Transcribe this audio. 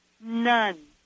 None